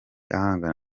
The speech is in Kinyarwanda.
ahangana